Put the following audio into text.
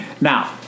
Now